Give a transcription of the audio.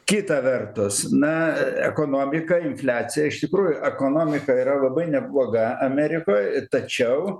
kita vertus na ekonomika infliacija iš tikrųjų ekonomika yra labai nebloga amerikoj tačiau